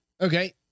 Okay